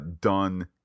done